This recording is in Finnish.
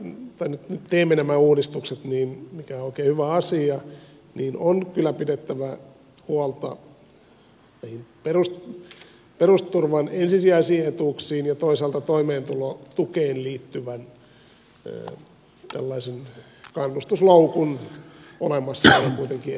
mutta nyt kun teemme nämä uudistukset mikä on oikein hyvä asia niin on kyllä pidettävä huolta perusturvan ensisijaisiin etuuksiin ja toisaalta toimeentulotukeen liittyen siitä että tällainen kannustusloukku on olemassa kuitenkin edelleenkin